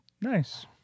Nice